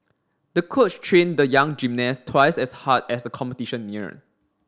the coach trained the young gymnast twice as hard as the competition neared